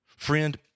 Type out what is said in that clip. Friend